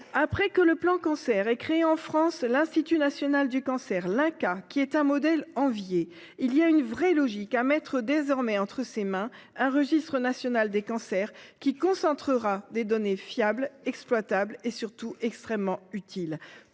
Après que le plan Cancer a créé en France l'INCa, qui est un modèle envié, il y a une vraie logique à mettre désormais entre ses mains un registre national des cancers, qui concentrera des données fiables, exploitables et, surtout, extrêmement utiles.